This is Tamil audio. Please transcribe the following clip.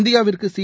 இந்தியாவிற்கு சி